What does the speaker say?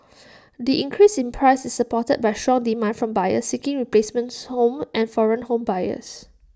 the increase in price is supported by strong demand from buyers seeking replacement homes and foreign home buyers